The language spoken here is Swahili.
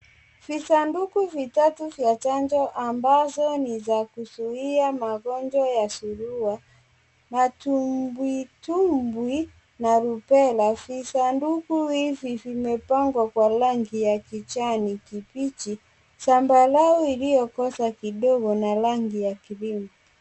Visanduku vitatu vya chanjo ambazo ni za kuzuia magojwa ya surua ,matumbwitumbwi na rubela, visanduku hivi vimepangwa kwa rangi ya kijani kibichi .sambarau iliyokosa kidogo na rangi ya cream .